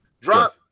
drop